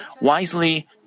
wisely